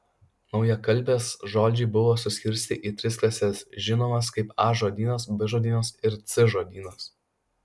naujakalbės žodžiai buvo suskirstyti į tris klases žinomas kaip a žodynas b žodynas ir c žodynas